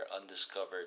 undiscovered